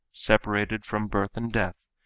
separated from birth and death,